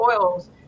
oils